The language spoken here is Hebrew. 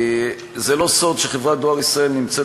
זה לא סוד שחברת "דואר ישראל" נמצאת